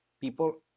People